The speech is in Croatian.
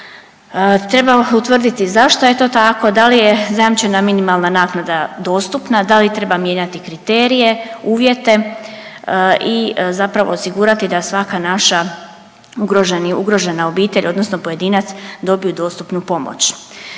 Treba utvrditi zašto je to tako, da li je zajamčena minimalna naknada dostupna, da li treba mijenjati kriterije, uvjete i zapravo osigurati da svaka naša ugroženi, ugrožena obitelj odnosno pojedinac dobiju dostupnu pomoć.